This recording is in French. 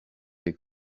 des